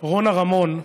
רונה רמון,